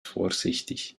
vorsichtig